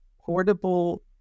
portable